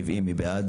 מי בעד